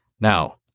Now